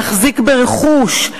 להחזיק ברכוש,